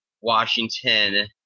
Washington